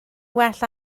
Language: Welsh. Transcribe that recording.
well